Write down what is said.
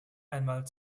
einmal